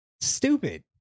Stupid